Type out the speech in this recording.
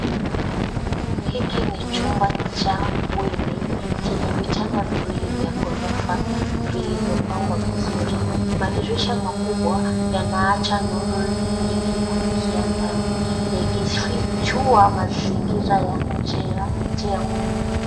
Hiki ni chumba cha bweni chenye vitanda viwili vya ghorofa vilivyopangwa vizuri. Madirisha makubwa yanaacha nuru nyingi kuingia ndani ikifichua mazingira ya nje ya jengo.